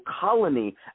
colony